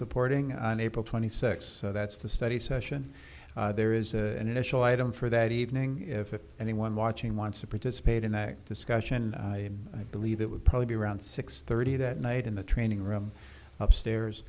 supporting on april twenty sixth so that's the study session there is an initial item for that evening if anyone watching wants to participate in that discussion i believe it would probably be around six thirty that night in the training room upstairs